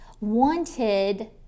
wanted